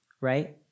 right